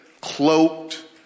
cloaked